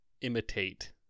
imitate